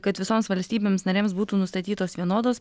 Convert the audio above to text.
kad visoms valstybėms narėms būtų nustatytos vienodos